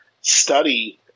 study